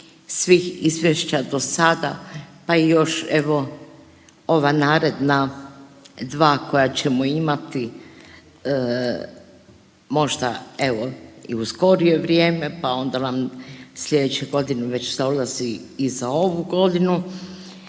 svih izvješća do sada, pa još evo ova naredna dva koja ćemo imati možda evo i u skorije vrijeme pa onda vam sljedeću godinu dolazi i za ovu godinu,